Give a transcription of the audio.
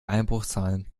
einbruchszahlen